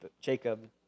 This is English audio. Jacob